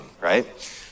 right